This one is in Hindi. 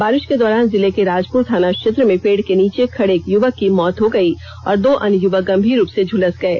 बारिश के दौरान जिले के राजपुर थाना क्षेत्र में पेड़ के नीचे खड़े एक युवक की मौत हो गयी और दो अन्य युवक गंभीर रूप से झुलस गये